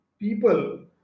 people